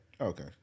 Okay